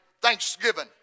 thanksgiving